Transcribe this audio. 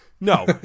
No